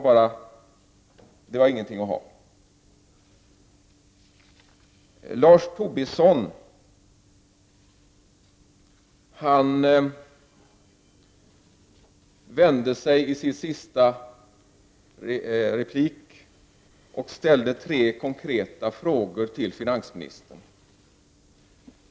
Paketet var ingenting att ha, menade de. Lars Tobisson vände sig i sin senaste replik till finansministern och ställde tre konkreta frågor.